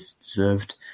deserved